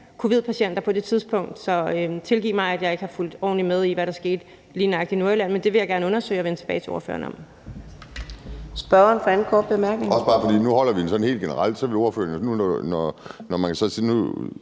covid-19-patienter på det tidspunkt, så tilgiv mig, at jeg ikke har fulgt ordentligt med i, hvad der skete lige nøjagtig i Nordjylland, men det vil jeg gerne undersøge og vende tilbage til ordføreren om.